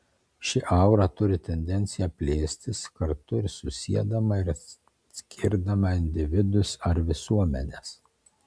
ši aura turi tendenciją plėstis kartu ir susiedama ir atskirdama individus ar visuomenes